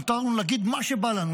מותר לנו להגיד מה שבא לנו,